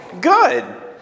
Good